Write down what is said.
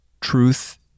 Truth